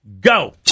go